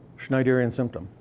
schneiderian symptom?